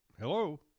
Hello